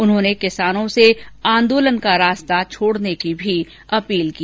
उन्होंने किसानों से आंदोलन का रास्ता छोडने की भी अपील की